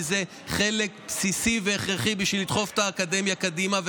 כי זה חלק בסיסי והכרחי בשביל לדחוף את האקדמיה קדימה.